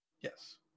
Yes